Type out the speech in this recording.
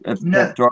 No